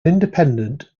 independent